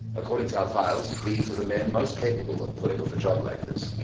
according to our files, these are the men most capable of pulling off a job like this.